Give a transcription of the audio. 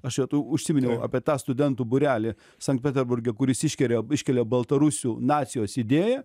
aš jau tu užsiminiau apie tą studentų būrelį sankt peterburge kuris iškeria iškelia baltarusių nacijos idėją